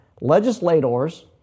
Legislators